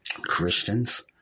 Christians